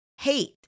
hate